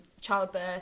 childbirth